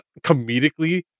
comedically